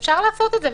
אפשר לעשות את זה,